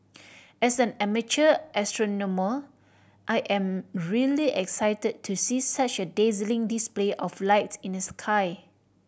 as an amateur astronomer I am really excited to see such a dazzling display of lights in the sky